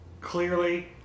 clearly